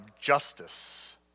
justice